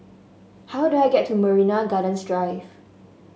how do I get to Marina Gardens Drive